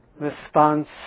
response